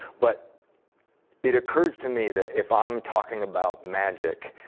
but it occurs to me that if i'm talking about magic